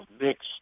mixed